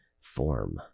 form